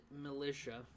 militia